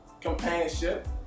companionship